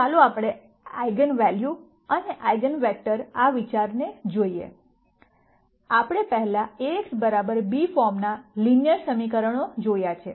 તો ચાલો આપણે આઇગન વૅલ્યુઝ અને આઇગન વેક્ટર આ વિચારને જોઈએ આપણે પહેલાં Ax b ફોર્મના લિનયર સમીકરણો જોયા છે